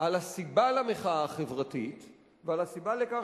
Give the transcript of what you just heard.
על הסיבה למחאה החברתית ועל הסיבה לכך